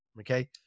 okay